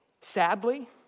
Sadly